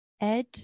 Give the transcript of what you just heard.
Ed